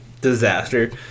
disaster